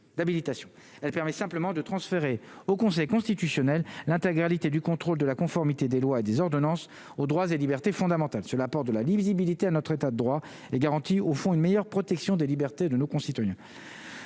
elle permet simplement de transférer au Conseil constitutionnel l'intégralité du contrôle de la conformité des lois et des ordonnances aux droits et libertés fondamentales sur apport de la lisibilité à notre état de droit et garanti au fond une meilleure protection des libertés de nos concitoyens.